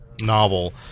novel